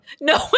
no